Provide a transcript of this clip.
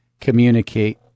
communicate